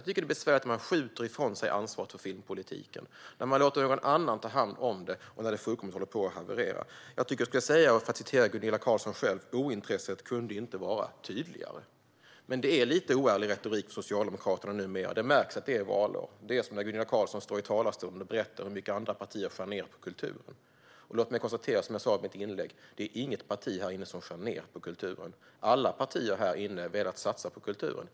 Jag tycker att det är besvärligt när man skjuter ifrån sig ansvaret för filmpolitiken, när man låter någon annan ta hand om det och när det fullkomligt håller på att haverera. Jag kan citera Gunilla Carlsson själv: Ointresset kunde inte vara tydligare. Men det är lite oärlig retorik från Socialdemokraterna numera. Det märks att det är valår. Det är som när Gunilla Carlsson står i talarstolen och berättar hur mycket andra partier skär ned på kulturen. Låt mig konstatera, som jag sa i mitt inlägg: Det är inget parti här inne som skär ned på kulturen. Alla partier här inne har velat satsa på kulturen.